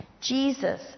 Jesus